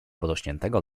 porośniętego